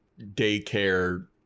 daycare